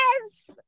Yes